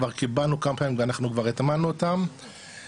כבר קיבלנו כמה פעמים ואנחנו כבר הטמענו אותם